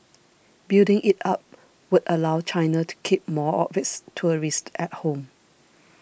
building it up would allow China to keep more of its tourists at home